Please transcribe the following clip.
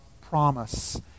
promise